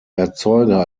erzeuger